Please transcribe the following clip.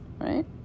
Right